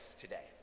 today